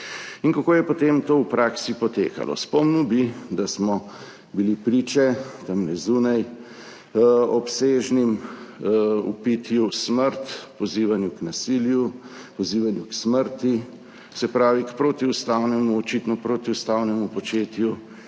In kako je potem to v praksi potekalo? Spomnil bi, da smo bili tamle zunaj priče obsežnemu vpitju: »Smrt!«, pozivanju k nasilju, pozivanju k smrti, se pravi protiustavnemu, očitno protiustavnemu početju